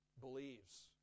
believes